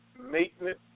maintenance